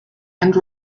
and